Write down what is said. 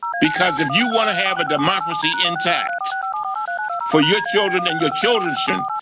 because if you want to have a democracy intact for your children and your children's children,